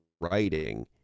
writing